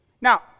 Now